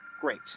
Great